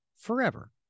forever